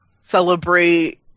celebrate